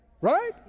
Right